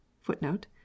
footnote